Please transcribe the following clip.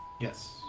Yes